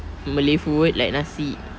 malay food like nasi